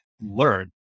learn